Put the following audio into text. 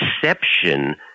perception